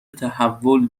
تحول